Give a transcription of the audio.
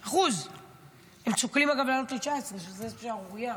1%. הם שוקלים אגב להעלות ל-19%, שזה שערורייה.